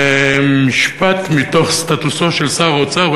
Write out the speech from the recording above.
זה משפט מתוך סטטוסו של שר האוצר,